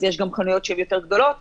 אז יש גם חנויות שהן גדולות יותר,